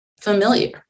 familiar